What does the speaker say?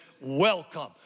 welcome